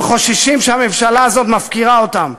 הם חוששים שהממשלה הזאת מפקירה אותם.